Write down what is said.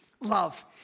love